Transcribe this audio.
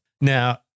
Now